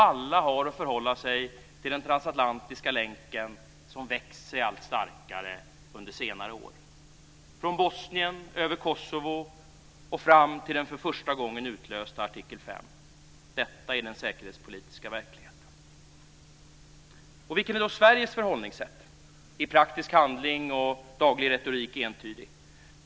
Alla har att förhålla sig till den transatlantiska länken som växt sig allt starkare under senare år. Från Bosnien över Kosovo och fram till den för första gången utlösta artikel 5. Detta är den säkerhetspolitiska verkligheten. Och vilket är då Sveriges förhållningssätt? I praktisk handling och i daglig retorik entydig.